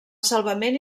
salvament